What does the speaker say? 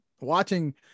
watching